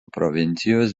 provincijos